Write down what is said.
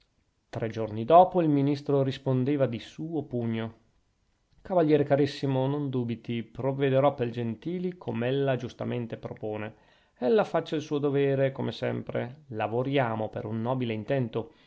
tre giorni dopo il ministro rispondeva di suo pugno cavaliere carissimo non dubiti provvederò pel gentili com'ella giustamente propone ella faccia il suo dovere come sempre lavoriamo per un nobile intento